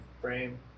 frame